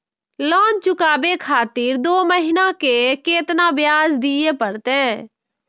Loan चुकाबे खातिर दो महीना के केतना ब्याज दिये परतें?